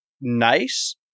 nice